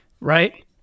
Right